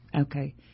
okay